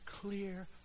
Clear